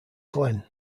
glen